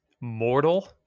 mortal